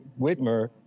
Whitmer